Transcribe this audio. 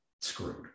screwed